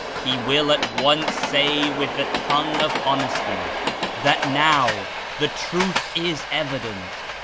he will at once say with the tongue of honesty that now the truth is evident.